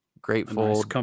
grateful